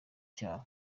cyabo